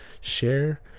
Share